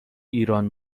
ایران